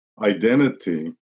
identity